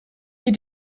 nie